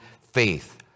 faith